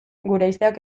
guraizeak